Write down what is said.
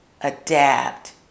adapt